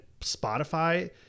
Spotify